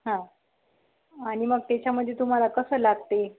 हां आणि मग त्याच्यामध्ये तुम्हाला कसं लागते